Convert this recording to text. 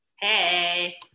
hey